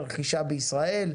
לרכישה בישראל,